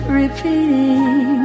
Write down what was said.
repeating